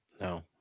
No